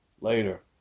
Later